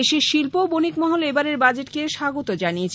দেশের শিল্প ও বণিক মহল এবারের বাজেটকে স্বাগত জানিয়েছেন